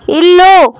ఇల్లు